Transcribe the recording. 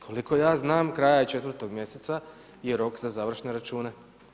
Koliko ja znam, kraj 4. mjeseca je rok za završne račune.